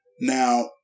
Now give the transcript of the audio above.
Now